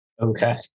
okay